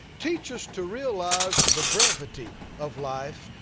teach us to realize the brevity of life,